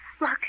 Look